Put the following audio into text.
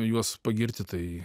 juos pagirti tai